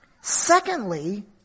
Secondly